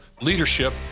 leadership